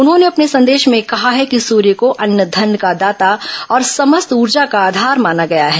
उन्होंने अपने संदेश में कहा है कि सूर्य को अन्न धन का दाता और समस्त ऊर्जा का आधार माना गया है